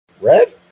Red